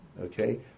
Okay